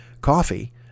coffee